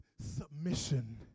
submission